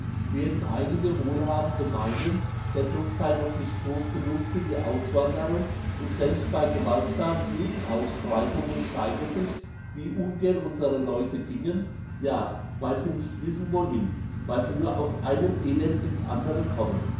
werden einige wohlhabende meinen der druck sei noch nicht gross genug für die auswanderung und selbst bei gewaltsamen judenaustreibungen zeige sich wie ungern unsere leute gingen ja weil sie nicht wissen wohin weil sie nur aus einem elend in's andere kommen